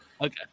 Okay